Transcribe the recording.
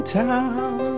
town